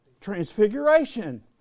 Transfiguration